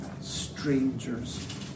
strangers